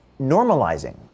normalizing